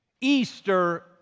Easter